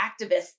activists